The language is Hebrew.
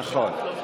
נכון.